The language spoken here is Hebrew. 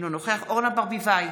אינו נוכח אורנה ברביבאי,